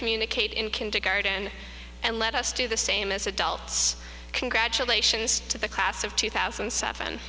communicate in kindergarten and let us do the same as adults congratulations to the class of two thousand and seven